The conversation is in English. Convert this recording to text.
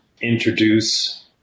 introduce